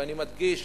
ואני מדגיש,